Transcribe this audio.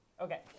Okay